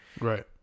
right